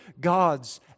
God's